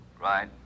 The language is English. Right